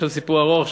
היה שם סיפור ארוך,